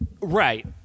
right